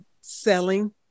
selling